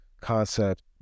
concept